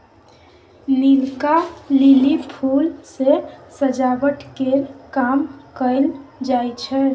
नीलका lily फुल सँ सजावट केर काम कएल जाई छै